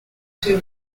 two